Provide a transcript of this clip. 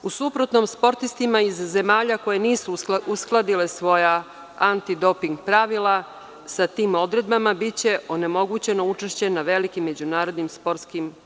U suprotnom, sportistima iz zemalja koje nisu uskladile svoja antidoping pravila sa tim odredbama biće onemogućeno učešće na velikim međunarodnim sportskim